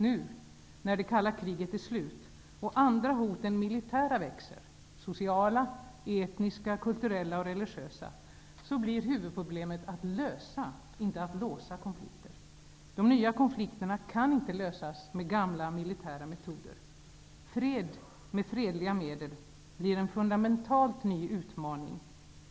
Nu, när det kalla kriget är slut och andra hot än militära växer -- sociala, etniska, kulturella och religiösa -- blir huvudproblemet att lösa, inte att låsa, konflikter. De nya konflikterna kan inte lösas med gamla militära metoder. Fred med fredliga medel blir en fundamentalt ny utmaning.